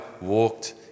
walked